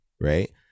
right